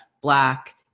black